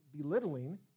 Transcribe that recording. belittling